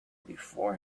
before